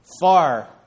far